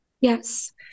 Yes